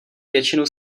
většinu